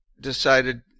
decided